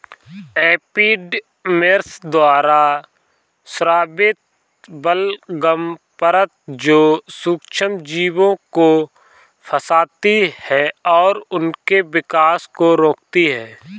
epidermis द्वारा स्रावित बलगम परत जो सूक्ष्मजीवों को फंसाती है और उनके विकास को रोकती है